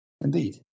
Indeed